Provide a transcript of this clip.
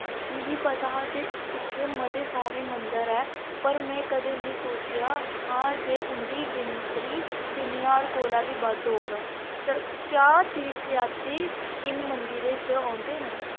मिगी पता हा जे उत्थै मते सारे मंदर ऐ पर में कदें नेईं सोचेआ हा जे उं'दी गिनतरी तिन्न ज्हार कोला बी बद्ध होग क्या तीर्थयात्री इन मंदरें च औंदे न